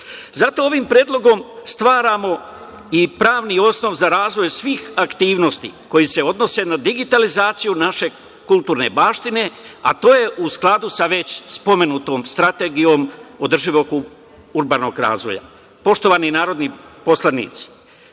ovim predlogom stvaramo i pravni osnov za razvoj svih aktivnosti koji se odnose na digitalizaciju naše kulturne baštine, a to je u skladu sa već spomenutom strategijom održivog urbanog razvoja. Poštovani narodni poslanici,